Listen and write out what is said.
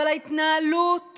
אבל ההתנהלות